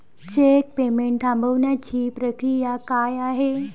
Check payment थांबवण्याची प्रक्रिया काय आहे?